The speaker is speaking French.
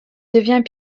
devient